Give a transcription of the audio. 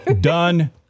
Done